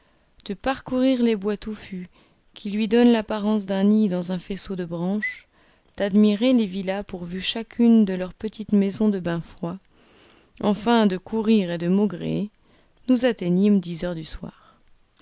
de parcourir les bois touffus qui lui donnent l'apparence d'un nid dans un faisceau de branches d'admirer les villas pourvues chacune de leur petite maison de bain froid enfin de courir et de maugréer nous atteignîmes dix heures du soir